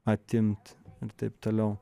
atimt ir taip toliau